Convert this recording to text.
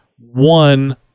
one